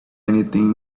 anything